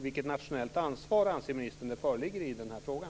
Vilket nationellt ansvar anser ministern det föreligger i den här frågan?